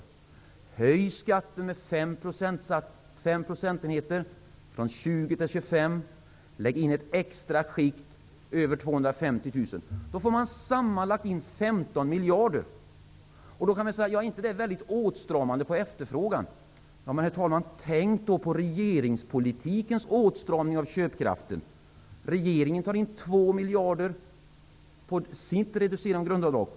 Om man höjer skatten med 5 procentenheter från 20 till 25 % och lägger in ett extra skikt över 250 000 får vi sammanlagt in Man kan fråga sig om inte det verkar väldigt åtstramande på efterfrågan. Tänk då på den åtstramningseffekt som regeringspolitiken får på köpkraften, herr talman! Regeringen tar in 2 miljarder på det reducerade grundavdraget.